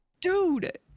Dude